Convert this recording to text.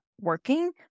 working